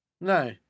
No